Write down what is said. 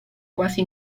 quasi